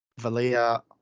Valia